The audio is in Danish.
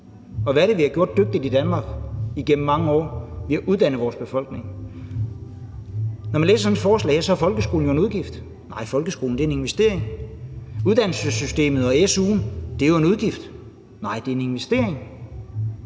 og hvad er det, vi har gjort dygtigt i Danmark igennem mange år? Vi har uddannet vores befolkning. Når man læser sådan et forslag her, lyder det jo, som om folkeskolen er en udgift. Nej, folkeskolen er en investering. Det lyder, som om uddannelsessystemet og su'en er en udgift, men nej, det er en investering.